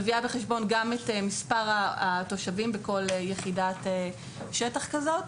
מביאה בחשבון גם את מספר התושבים בכל יחידת שטח כזאת